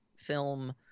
film